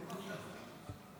מוותרת,